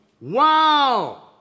wow